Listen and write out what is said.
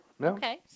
Okay